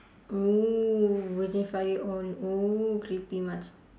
oo virgin five year old oo creepy much